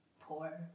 poor